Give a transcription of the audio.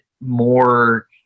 more